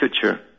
future